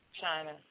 China